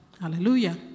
Hallelujah